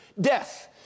Death